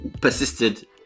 persisted